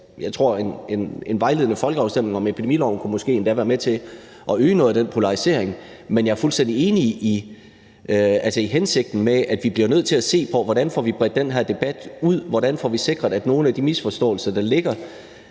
Jeg tror, en vejledende folkeafstemning om epidemiloven måske endda kunne være med til at øge noget af den polarisering. Men jeg er fuldstændig enig i hensigten med forslaget, altså at vi bliver nødt til at se på, hvordan vi får den her debat bredt ud, og hvordan vi får sikret, at vi får diskuteret og ryddet nogle af de misforståelser, der ligger,